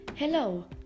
Hello